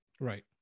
Right